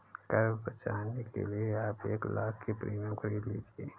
कर बचाने के लिए आप एक लाख़ का प्रीमियम खरीद लीजिए